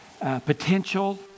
potential